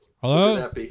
Hello